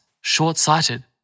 short-sighted